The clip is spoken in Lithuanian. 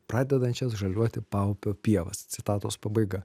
pradedančias žaliuoti paupio pievas citatos pabaiga